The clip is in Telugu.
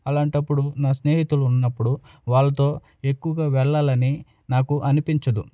అలాంటప్పుడు నా స్నేహితులు ఉన్నప్పుడు వాళ్ళతో ఎక్కువగా వెళ్ళాలని నాకు అనిపించదు